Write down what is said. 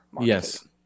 Yes